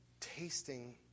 tasting